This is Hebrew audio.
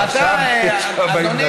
אבל עכשיו יש לך 40 דקות.